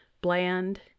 bland